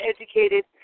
educated